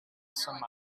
some